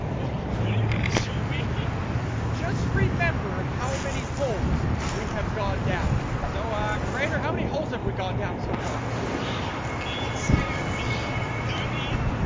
well, what do you got to show me heat just remember how many holes we have gone down? so i crater how many holes have we gone down so far i would say about thirty